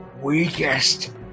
weakest